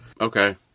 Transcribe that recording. Okay